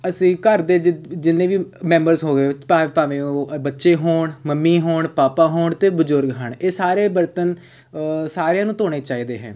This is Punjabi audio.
ਅਸੀਂ ਘਰ ਦੇ ਜਿ ਜਿੰਨੇ ਵੀ ਮੈਂਬਰਸ ਹੋ ਗਏ ਭਾਵੇਂ ਉਹ ਬੱਚੇ ਹੋਣ ਮੰਮੀ ਹੋਣ ਪਾਪਾ ਹੋਣ ਅਤੇ ਬਜ਼ੁਰਗ ਹਨ ਇਹ ਸਾਰੇ ਬਰਤਨ ਸਾਰਿਆਂ ਨੂੰ ਧੋਣੇ ਚਾਹੀਦੇ ਹਨ